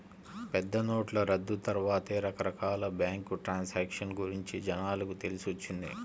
పెద్దనోట్ల రద్దు తర్వాతే రకరకాల బ్యేంకు ట్రాన్సాక్షన్ గురించి జనాలకు తెలిసొచ్చింది